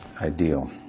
ideal